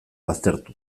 baztertu